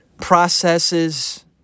processes